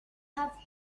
have